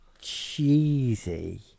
cheesy